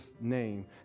name